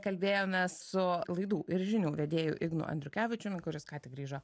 kalbėjomės su laidų ir žinių vedėju ignu andriukevičiumi kuris ką tik grįžo